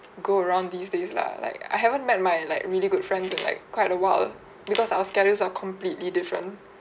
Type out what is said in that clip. go around these days lah like I haven't met my like really good friends in like quite a while because our schedules are completely different